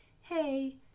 Hey